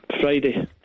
Friday